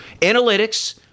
analytics